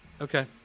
Okay